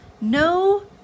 no